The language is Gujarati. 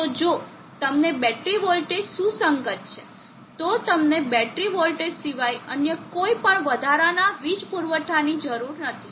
તો જો તમને બેટરી વોલ્ટેજ સુસંગત છે તો તમને બેટરી વોલ્ટેજ સિવાય અન્ય કોઈપણ વધારાના વીજ પુરવઠાની જરૂર નથી